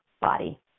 body